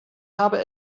habe